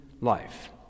life